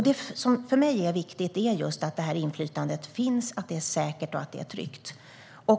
Det som för mig är viktigt är också att det här inflytandet finns, att det är säkert och att det är tryggt.